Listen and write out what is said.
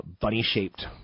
bunny-shaped